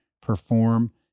perform